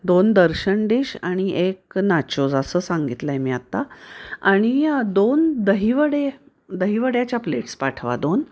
दोन दर्शन डिश आणि एक नाचोज असं सांगितलं आहे मी आत्ता आणि दोन दही वडे दहीवड्याच्या प्लेट्स पाठवा दोन